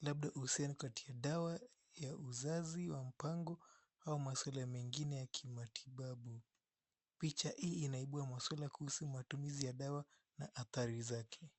labda uhusiano kati ya dawa ya uzazi wa mpango au maswala mengine ya kimatibabu. Picha hii inaibua maswala ya kuhusu matumizi ya dawa na athari zake.